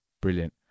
brilliant